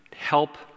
help